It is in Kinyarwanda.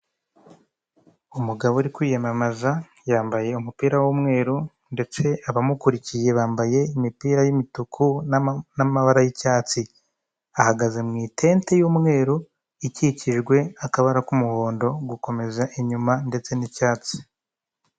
Umugabo uri kwiyamamaza yambaye umupira w'umweru, ndetse abamukurikiye bambaye imipira y'imituku n'amabara y'icyatsi. Ahagaze mu itente y'umweru, ikikijwe n'akabara k'umuhondo gukomeza inyuma ndetse n'icyatsi.